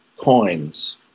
coins